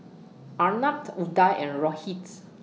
Arnab Udai and Rohits